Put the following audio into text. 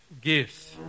gifts